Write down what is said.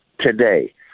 today